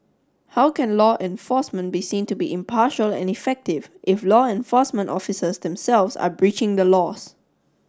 how can law enforcement be seen to be impartial and effective if law enforcement officers themselves are breaching the laws